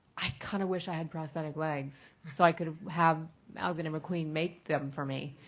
i kind of wish i had prosthetic legs so i could have alexander mcqueen make them for me.